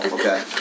Okay